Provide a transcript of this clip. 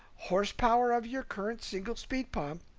horsepower of your current single speed pump,